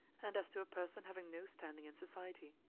and as to a person having no standing in society.